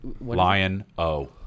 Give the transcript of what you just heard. Lion-O